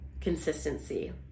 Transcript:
consistency